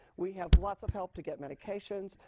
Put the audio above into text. we have lots of help to get medications,